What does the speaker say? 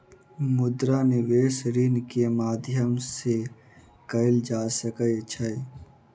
मुद्रा निवेश ऋण के माध्यम से कएल जा सकै छै